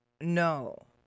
No